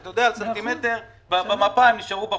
שאתה יודע שבשל סנטימטר במפה הם נשארו בחוץ,